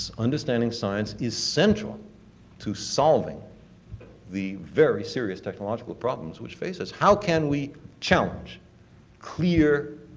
understanding science is central to solving the very serious technological problems which face us. how can we challenge clear,